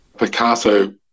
Picasso